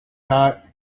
not